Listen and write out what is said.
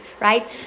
right